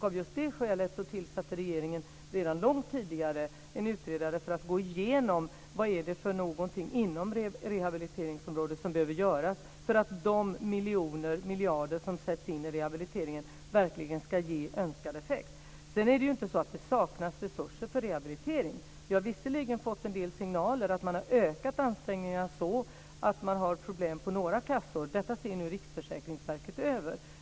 Av just det skälet tillsatte regeringen redan långt tidigare en utredare för att gå igenom vad det är inom rehabiliteringsområdet som behöver göras för att de miljarder som sätts in i rehabiliteringen verkligen ska ge önskad effekt. Det är inte så att det saknas resurser för rehabilitering. Vi har visserligen fått en del signaler att man har ökat ansträngningarna så att man har problem på några kassor. Detta ser nu Riksförsäkringsverket över.